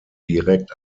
direkt